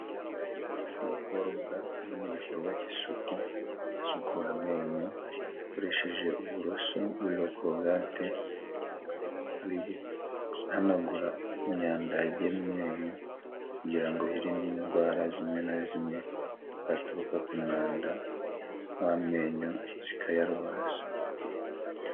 Umukobwa uri mu gikorwa cy'isuku, asukura amenyo, akoresheje uburoso buriho korugate, ari guhanagura imyanda yagiye mu menyo, kugira ngo yirinde indwara zimwe na zimwe zaturuka ku mwanda w'amenyo zikayarwaza.